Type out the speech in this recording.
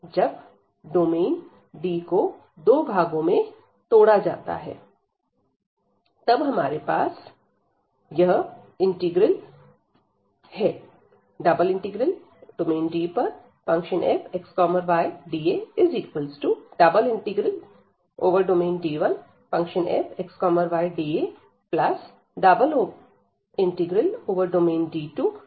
जब domain D को दो भागों में तोड़ा जाता है तब हमारे पास यह इंटीग्रल है